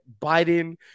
biden